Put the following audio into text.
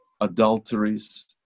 adulteries